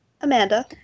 Amanda